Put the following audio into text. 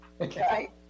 okay